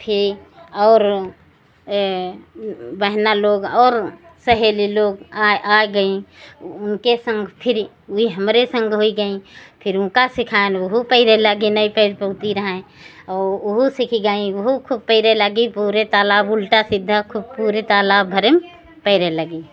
फिर और बहना लोग और सहेली लोग आ आ गईं उनके सँग फिर वह हमरे सँग हुई रहीं फिर उनको सिखाया वह भी तैर लागे नहीं तैर पूति रहें और वह भी सीख गईं वह खूब तैरने लगीं पूरे तालाब उल्टा सीधा खूब पूरे तालाब भर तैरने लगी